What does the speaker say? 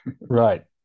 Right